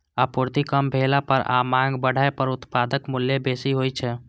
आपूर्ति कम भेला पर आ मांग बढ़ै पर उत्पादक मूल्य बेसी होइ छै